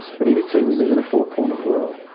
but he did say we live in a four cornered world.